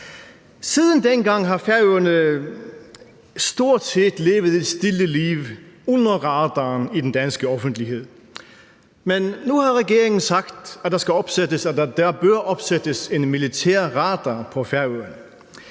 Siden dengang har Færøerne stort set levet et stille liv under radaren i den danske offentlighed, men nu har regeringen sagt, at der bør opsættes en militær radar på Færøerne.